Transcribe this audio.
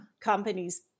companies